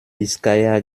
biskaya